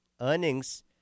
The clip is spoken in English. earnings